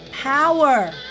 power